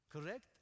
Correct